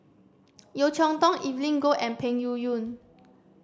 Yeo Cheow Tong Evelyn Goh and Peng Yuyun